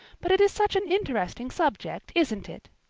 but it is such an interesting subject, isn't it?